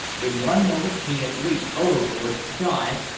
in one moment he had leaped overboard, dived,